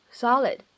solid